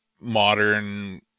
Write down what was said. modern